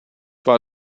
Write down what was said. war